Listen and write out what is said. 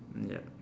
yup